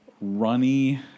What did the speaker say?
runny